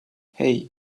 hei